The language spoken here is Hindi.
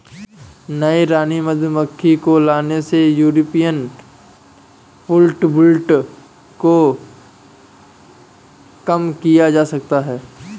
नई रानी मधुमक्खी को लाने से यूरोपियन फॉलब्रूड को कम किया जा सकता है